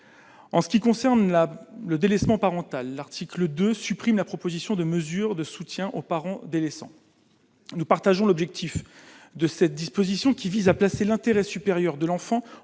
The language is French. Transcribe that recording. en ce qui concerne la le délaissement parental, l'article 2 supprime la proposition de mesures de soutien aux parents des laissant nous partageons l'objectif de cette disposition qui vise à placer l'intérêt supérieur de l'enfant